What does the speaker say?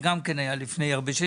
זה גם כן היה לפני הרבה ---.